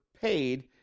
paid